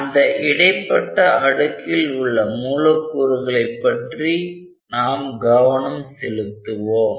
அந்த இடைப்பட்ட அடுக்கில் உள்ள மூலக்கூறுகளை பற்றி நாம் கவனம் செலுத்துவோம்